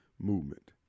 movement